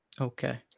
Okay